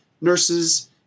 nurses